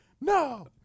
No